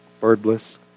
birdless